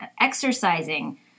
exercising